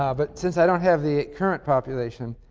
ah but since i don't have the current population,